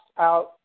Out